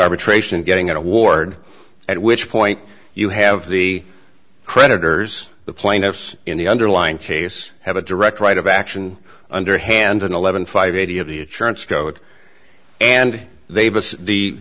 arbitration getting an award at which point you have the creditors the plaintiffs in the underlying case have a direct right of action under handed eleven five eighty of the assurance code and they